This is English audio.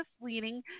misleading